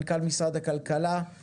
מנכ"ל משרד הכלכלה,